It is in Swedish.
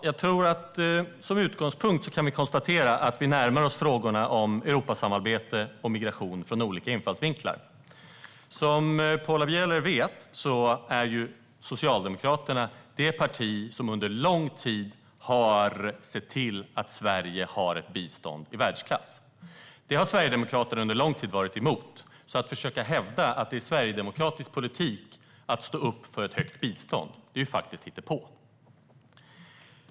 Herr talman! Som utgångspunkt tror jag att vi kan konstatera att vi närmar oss frågorna om Europasamarbete och migration från olika infallsvinklar. Som Paula Bieler vet är Socialdemokraterna det parti som under lång tid har sett till att Sverige har ett bistånd i världsklass. Det har Sverigedemokraterna under lång tid varit emot, så att försöka hävda att det är sverigedemokratisk politik att stå upp för ett högt bistånd är faktiskt hittepå.